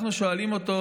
אנחנו שואלים אותו: